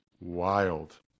wild